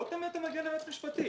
לא תמיד זה מגיע ליועץ משפטי.